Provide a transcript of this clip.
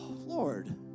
Lord